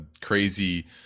crazy